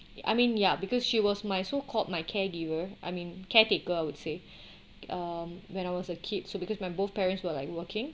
I mean ya because she was my so called my caregiver I mean caretaker I would say um when I was a kid so because my both parents were like working